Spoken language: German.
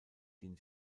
den